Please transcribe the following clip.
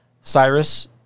Cyrus